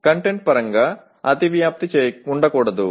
content పరంగా అతివ్యాప్తి ఉండకూడదు